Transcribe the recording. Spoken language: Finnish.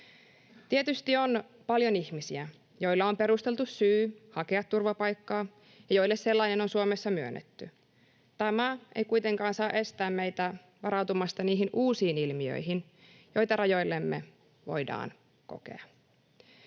Tietysti on paljon ihmisiä, joilla on perusteltu syy hakea turvapaikkaa ja joille sellainen on Suomessa myönnetty. Tämä ei kuitenkaan saa estää meitä varautumasta niihin uusiin ilmiöihin, joita rajoillamme voidaan kokea.